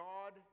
God